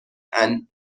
and